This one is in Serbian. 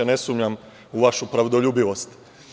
Ne sumnjam u vašu pravdoljubivost.